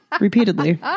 Repeatedly